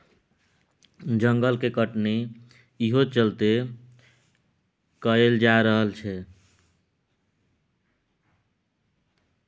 जंगल के कटनी इहो चलते कएल जा रहल छै